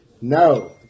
No